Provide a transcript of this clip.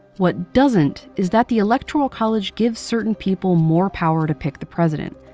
what doesn't, is that the electoral college gives certain people more power to pick the president.